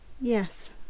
Yes